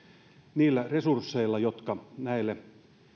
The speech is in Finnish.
niillä resursseilla jotka näille